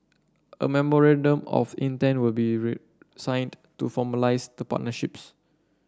a memorandum of intent will be resigned to formalise the partnerships